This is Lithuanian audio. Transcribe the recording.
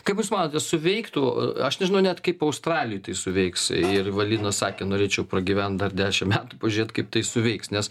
kaip jūs manote suveiktų aš nežinau net kaip australijoj tai suveiks ir va linas sakė norėčiau pragyvent dar dešimt metų pažiūrėt kaip tai suveiks nes